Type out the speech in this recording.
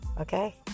Okay